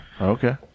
Okay